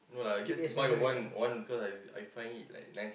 no lah just buy one one because I find it like nice